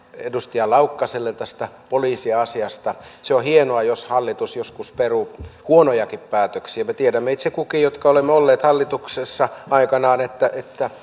edustaja laukkaselle tästä poliisiasiasta se on hienoa jos hallitus joskus peruu huonojakin päätöksiä me tiedämme itse kukin jotka olemme olleet hallituksessa aikanaan että